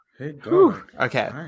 Okay